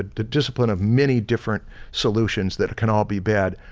the discipline of many different solutions that can all be bad,